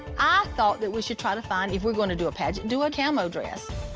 ah thought that we should try to find if we're gonna do a pageant, do a camo dress.